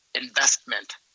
investment